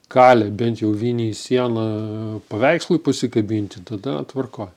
kalė bent jau vinį į sieną paveikslui pasikabinti tada tvarkoj